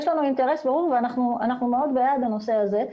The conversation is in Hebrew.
יש לנו אינטרס ברור ואנחנו מאוד בעד הנושא הזה.